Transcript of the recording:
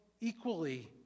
equally